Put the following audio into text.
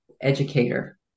educator